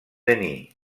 denis